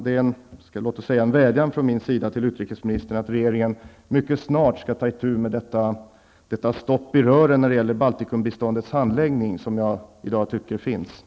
Det är en vädjan från min sida till utrikesministern att regeringen mycket snart tar itu med detta stopp i rören när det gäller Baltikumbiståndets handläggning som jag tycker finns i dag.